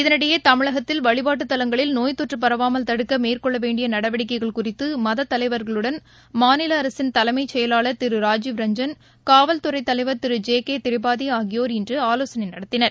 இதனிடையேதமிழகத்தில் வழிபாட்டு தலங்களில் நோய் தொற்றுபரவாமல் தடுக்கமேற்கொள்ளவேண்டியநடவடிக்கைகள் குறித்துமதத் தலைவர்களுடன் மாநிலஅரசின் தலைமைச் செயலாளர் திருராஜீவ் ரஞ்ஜன் காவல்துறைதலைவர் திரு ஜெ கேதிபாதிஆகியோர் இன்றுஆலோசனைநடத்தினர்